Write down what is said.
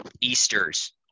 Easter's